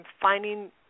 finding